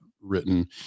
written